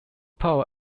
power